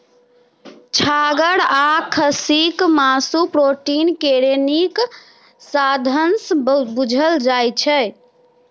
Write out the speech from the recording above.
छागर आ खस्सीक मासु प्रोटीन केर नीक साधंश बुझल जाइ छै